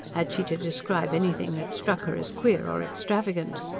had she to describe anything that struck her as queer or extravagant.